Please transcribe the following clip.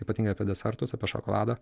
ypatingai apie desertus apie šokoladą